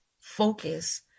focus